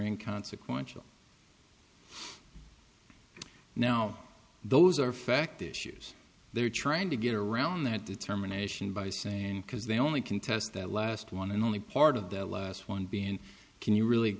inconsequential now those are fact issues they're trying to get around that determination by saying because they only contest that last one and only part of the last one being can you really